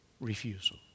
refusal